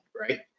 right